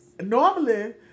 normally